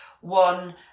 One